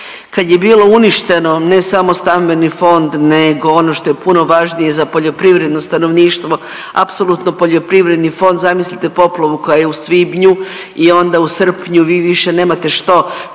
kad je bilo uništeno ne samo stambeni fond nego ono što je puno važnije za poljoprivredno stanovništvo, apsolutno poljoprivredni fond zamislite poplavu koja je u svibnju i onda u srpnju vi više nemate što činiti